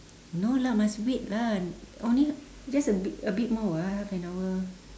no lah must wait lah only just a bit a bit more [what] half an hour